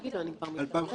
טעינו בזה